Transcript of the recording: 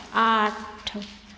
आठ